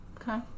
Okay